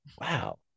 wow